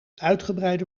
uitgebreide